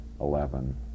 eleven